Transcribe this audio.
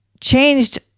changed